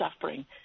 suffering